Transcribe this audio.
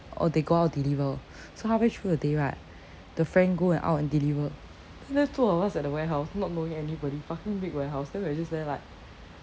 or they go out deliver so halfway through the day right the friend go and out and deliver then left two of us at the warehouse not knowing anybody fucking big warehouse then we are just there like